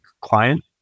client